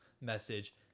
message